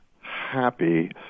happy